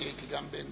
גם אני הייתי ביניהם,